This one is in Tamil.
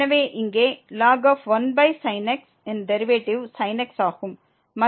எனவே இங்கே ln 1sin x ன் டெரிவேட்டிவ் sin x ஆகும்